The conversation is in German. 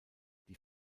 die